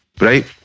right